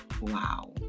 Wow